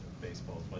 baseball